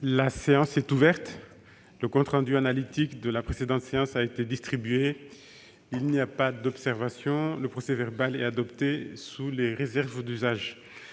La séance est ouverte. Le compte rendu analytique de la précédente séance a été distribué. Il n'y a pas d'observation ?... Le procès-verbal est adopté sous les réserves d'usage.